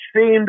seemed